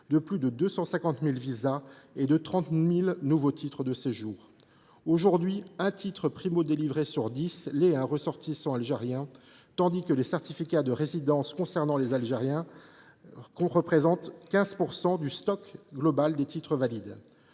de plus de 250 000 visas et de 30 000 nouveaux titres de séjour à des Algériens en 2024. Aujourd’hui, un titre primo délivré sur dix l’est à un ressortissant de ce pays, tandis que les certificats de résidence concernant les Algériens représentent 15 % du stock global des titres valides.